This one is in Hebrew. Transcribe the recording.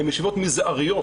הן ישיבות מזעריות.